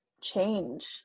change